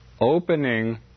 opening